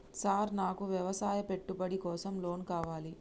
Sir నాకు వ్యవసాయ పెట్టుబడి కోసం లోన్ కావాలి?